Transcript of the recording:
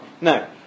No